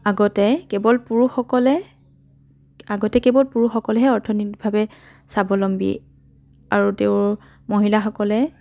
আগতে কেৱল পুৰুষসকলে আগতে কেৱল পুৰুষসকলেহে অৰ্থনৈতিকভাৱে স্বাৱলম্বী আৰু তেওঁৰ মহিলাসকলে